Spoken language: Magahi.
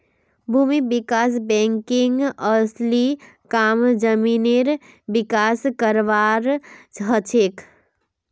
भूमि विकास बैंकेर असली काम जमीनेर विकास करवार हछेक